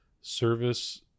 service